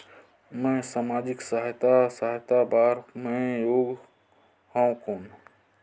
मैं समाजिक सहायता सहायता बार मैं योग हवं कौन?